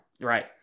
Right